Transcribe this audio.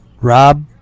Rob